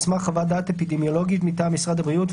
על סמך חוות דעת אפידמיולוגית מטעם משרד הבריאות,